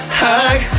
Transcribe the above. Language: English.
hug